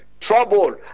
Trouble